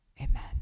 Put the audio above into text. Amen